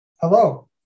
Hello